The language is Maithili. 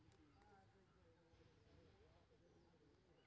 आलू के रोपे के लेल कोन कोन मशीन ठीक होते?